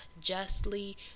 justly